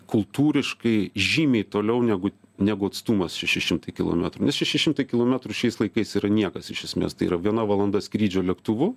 kultūriškai žymiai toliau negu negu atstumas šeši šimtai kilometrų nes šeši šimtai kilometrų šiais laikais yra niekas iš esmės tai yra viena valanda skrydžio lėktuvu